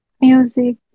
music